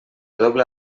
doble